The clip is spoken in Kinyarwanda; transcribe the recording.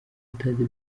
stade